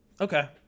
Okay